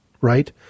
right